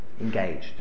engaged